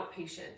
outpatient